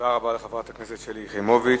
תודה רבה לחברת הכנסת שלי יחימוביץ.